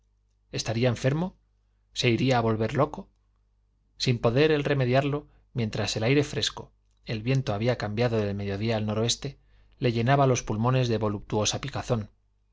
estaría enfermo se iría a volver loco sin poder él remediarlo mientras el aire fresco el viento había cambiado del mediodía al noroeste le llenaba los pulmones de voluptuosa picazón